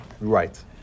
Right